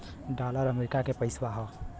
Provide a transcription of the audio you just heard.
dollar अमरीका के पइसा हौ